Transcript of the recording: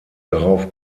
darauf